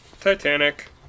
Titanic